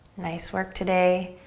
nice work today.